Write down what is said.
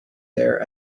there